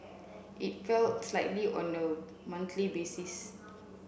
it fell slightly on a monthly basis